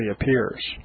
appears